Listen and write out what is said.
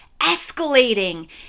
escalating